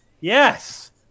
yes